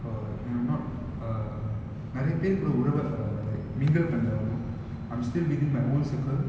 uh and I'm not uh நெரயபேர் கூட உறவ:nerayaper kooda urava uh mingle பன்னோணும்:pannonum I'm still meeting my old circle